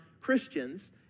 Christians